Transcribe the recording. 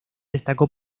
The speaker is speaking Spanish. destacó